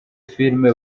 filime